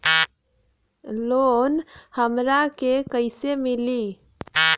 Loan हमरा के कईसे मिली?